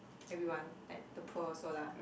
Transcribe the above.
everyone like the poor also lah